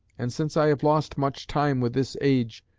and since i have lost much time with this age,